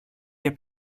για